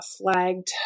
flagged